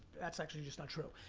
that's actually just not true,